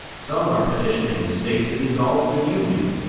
some are petitioning the state to dissolve the union,